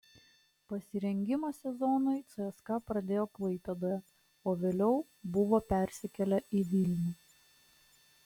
pasirengimą sezonui cska pradėjo klaipėdoje o vėliau buvo persikėlę į vilnių